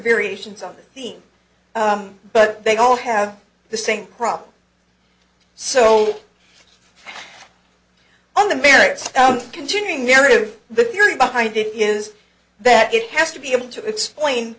variations on this theme but they all have the same problem so on the merits continuing narrative the theory behind it is that it has to be able to explain